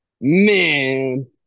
Man